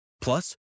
Plus